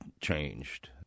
changed